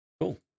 Cool